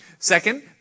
Second